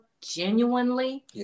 genuinely